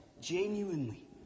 genuinely